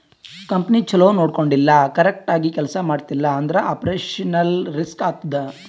company ಛಲೋ ನೊಡ್ಕೊಂಡಿಲ್ಲ, correct ಆಗಿ ಕೆಲ್ಸಾ ಮಾಡ್ತಿಲ್ಲ ಅಂದುರ್ ಆಪರೇಷನಲ್ ರಿಸ್ಕ್ ಆತ್ತುದ್